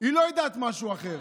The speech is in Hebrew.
היא לא יודעת משהו אחר.